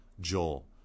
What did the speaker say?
Joel